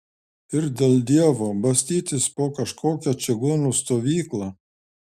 ir dėl dievo bastytis po kažkokią čigonų stovyklą